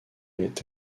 est